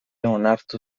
onartu